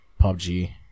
PUBG